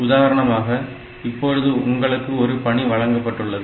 உதாரணமாக இப்பொழுது உங்களுக்கு ஒரு பணி வழங்கப்பட்டுள்ளது